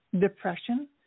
depression